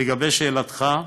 לגבי שאלתך: